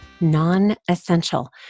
Non-Essential